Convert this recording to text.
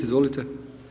Izvolite.